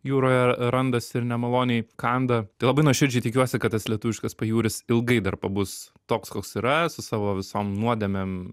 jūroje randasi ir nemaloniai kanda tai labai nuoširdžiai tikiuosi kad tas lietuviškas pajūris ilgai dar pabus toks koks yra su savo visom nuodėmėm